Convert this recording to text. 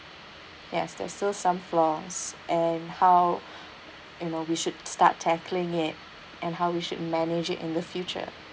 yes there's still some flaws and how you know we should start tackling it and how we should manage it in the future